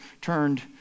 turned